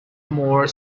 more